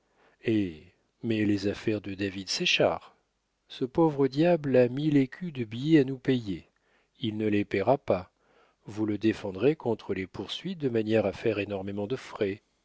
eh mais les affaires de david séchard ce pauvre diable a mille écus de billets à nous payer il ne les payera pas vous le défendrez contre les poursuites de manière à faire énormément de frais